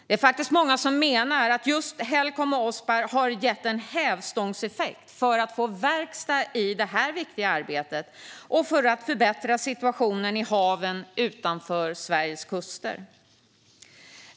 Det är många som menar att just Helcom och Ospar har gett en hävstångseffekt för att få verkstad i det här viktiga arbetet och för att förbättra situationen i haven utanför Sveriges kuster.